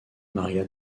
maria